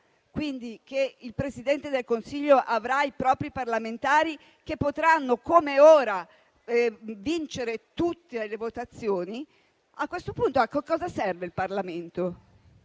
quindi, il Presidente del Consiglio avrà i propri parlamentari, che potranno - come ora - vincere tutte le votazioni; a questo punto, a cosa serve il Parlamento?